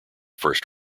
first